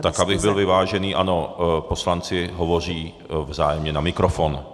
Tak abych byl vyvážený ano, poslanci hovoří vzájemně na mikrofon.